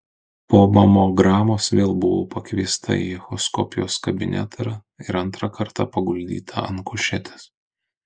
po mamogramos vėl buvau pakviesta į echoskopijos kabinetą ir antrą kartą paguldyta ant kušetės